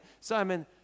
Simon